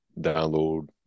download